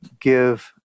give